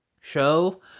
show